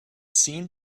seemed